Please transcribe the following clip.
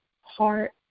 heart